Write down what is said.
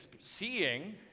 seeing